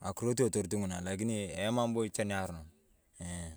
Ng’akiro cha etorit ng’una na emam bo chaa niaronon eeh.